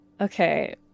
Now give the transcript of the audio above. okay